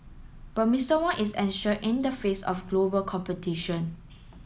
but Mister Wong is anxious in the face of global competition